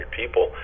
people